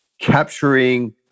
capturing